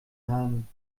haben